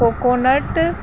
coconut